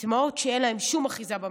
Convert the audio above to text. סיסמאות שאין להן שום אחיזה במציאות.